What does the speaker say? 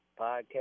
Podcast